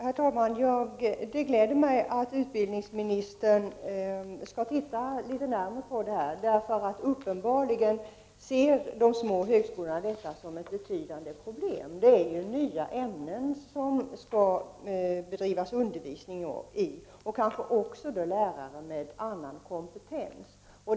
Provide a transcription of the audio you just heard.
Herr talman! Det gläder mig att utbildningsministern skall titta litet närmare på detta. Uppenbarligen ser de små högskolorna detta som ett betydande problem. Det skall alltså bedrivas undervisning i nya ämnen och kanske också ges lärarhandledning som kräver en annan kompetens.